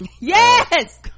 yes